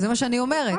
זה מה שאני אומרת.